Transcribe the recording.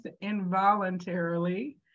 involuntarily